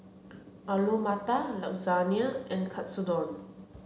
Alu Matar Lasagna and Katsudon